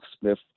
Smith